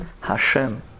Hashem